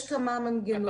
יש כמה מנגנונים.